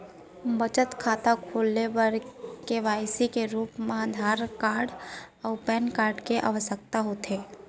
बचत खाता खोले बर के.वाइ.सी के रूप मा आधार कार्ड अऊ पैन कार्ड के आवसकता होथे